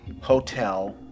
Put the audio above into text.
hotel